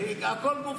הכול גוף